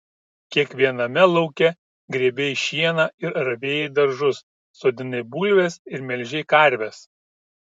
kiekviename lauke grėbei šieną ir ravėjai daržus sodinai bulves ir melžei karves